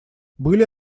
были